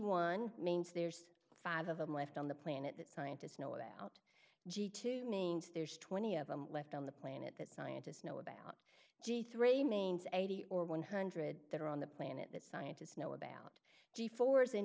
one means there's five of them left on the planet that scientists know out g two means there's twenty of them left on the planet that scientists know about g three mains eighty or one hundred that are on the planet that scientists know about g force in